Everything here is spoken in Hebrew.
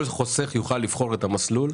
כל חוסך יוכל לבחור את המסלול?